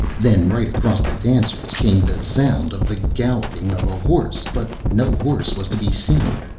then right across the dancers came the sound of the galloping of a horse, but no horse was to be seen,